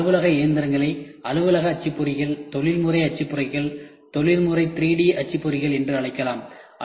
பின்னர் அலுவலக இயந்திரங்களை அலுவலக அச்சுப்பொறிகள் தொழில்முறை அச்சுப்பொறிகள் தொழில்முறை 3D அச்சுப்பொறிகள் என்று அழைக்கலாம்